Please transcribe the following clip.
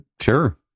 Sure